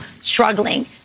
struggling